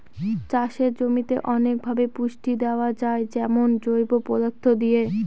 চাষের জমিতে অনেকভাবে পুষ্টি দেয়া যায় যেমন জৈব পদার্থ দিয়ে